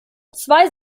zwei